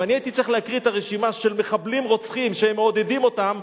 אם אני הייתי צריך להקריא את הרשימה של מחבלים רוצחים שהם מעודדים אותם,